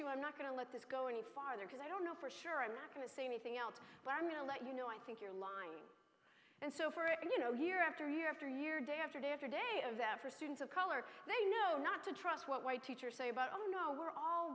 you i'm not going to let this go any farther because i don't know for sure i'm not going to say anything else but i'm going to let you know i think you're lying and so for it and you know year after year after year day after day after day of that for students of color they know not to trust what white teachers say about oh no we're all